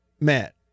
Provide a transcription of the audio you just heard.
Matt